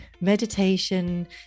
meditation